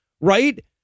Right